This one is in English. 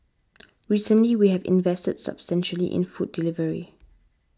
recently we have invested substantially in food delivery